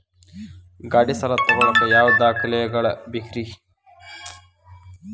ಗಾಡಿ ಸಾಲ ತಗೋಳಾಕ ಯಾವ ದಾಖಲೆಗಳ ಬೇಕ್ರಿ?